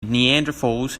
neanderthals